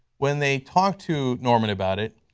when they talked to norman about it,